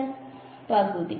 വിദ്യാർത്ഥി പകുതി